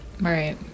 Right